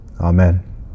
Amen